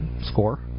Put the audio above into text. score